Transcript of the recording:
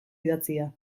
idatzia